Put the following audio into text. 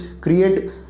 create